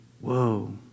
whoa